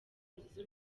nziza